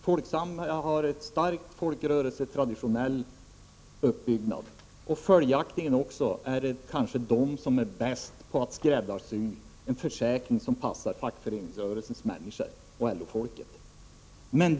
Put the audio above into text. Folksam har en starkt folkrörelsetraditionell uppbyggnad. Följaktligen är det kanske också det bolag som är bäst på att skräddarsy en försäkring som passar fackföreningsrörelsens människor och LO-folket.